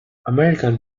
american